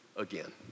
Again